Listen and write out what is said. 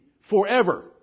forever